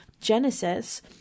Genesis